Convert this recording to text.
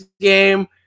game